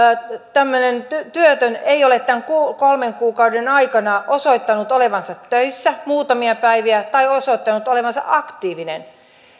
tämmöinen työtön ei ole tämän kolmen kuukauden aikana osoittanut olevansa töissä muutamia päiviä tai osoittanut olevansa aktiivinen